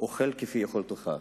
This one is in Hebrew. "אכול כפי יכולתך".